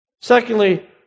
Secondly